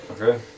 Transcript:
Okay